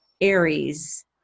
aries